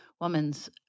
woman's